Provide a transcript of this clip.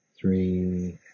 Three